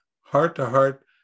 heart-to-heart